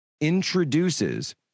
introduces